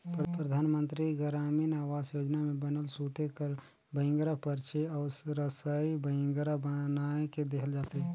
परधानमंतरी गरामीन आवास योजना में बनल सूते कर बइंगरा, परछी अउ रसई बइंगरा बनाए के देहल जाथे